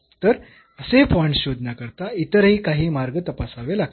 तर असे पॉईंट्स शोधण्यासाठी इतरही काही मार्ग तपासावे लागतील